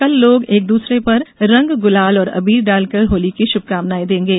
कल लोग एक दूसरे पर रंग गुलाल और अबीर डालकर होली की शुभकामनाएं देंगे